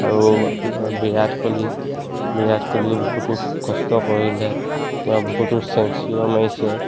আৰু আপোনাৰ বিৰাট কোহলি বিৰাট কোহলিয়েও বহুতো কষ্ট কৰিলে তেওঁ বহুতো চেঞ্চুৰিও মাৰিছে